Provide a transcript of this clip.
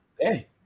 hey